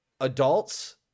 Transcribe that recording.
adults